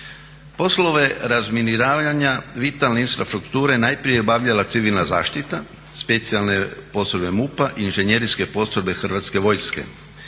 Poslove razminiravanja vitalne infrastrukture najprije je obavljala Civilna zaštita, specijalne postrojbe MUP-a i inženjerijske postrojbe Hrvatske vojske.